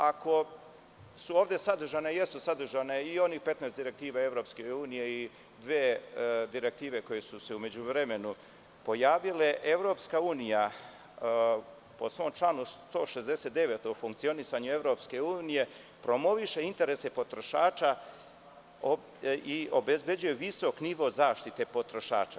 Ako su ovde sadržane, a jesu sadržane direktive EU i dve direktive koje su se u međuvremenu pojavile, EU po svom članu 169. o funkcionisanju EU promoviše interese potrošača i obezbeđuje visok nivo zaštite potrošača.